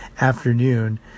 afternoon